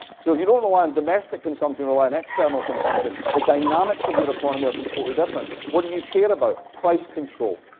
so if you don't rely on domestic consumption and rely on external consumption, the dynamics of your economy are completely different. what do you care about price control?